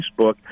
Facebook